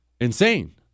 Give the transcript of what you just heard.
insane